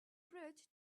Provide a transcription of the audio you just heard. bridge